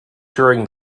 touring